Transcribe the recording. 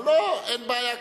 אבל לא, אין בעיה כזאת.